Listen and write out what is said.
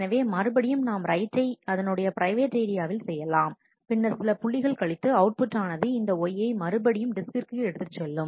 எனவே மறுபடியும் நாம் ரைட் டை அதனுடைய பிரைவேட் ஏரியாவில் செய்யலாம் பின்னர் சில புள்ளிகள் கழித்து அவுட்புட் ஆனது இந்த Y யை மறுபடி டிஸ்க்கிற்கு எடுத்துச் சொல்லும்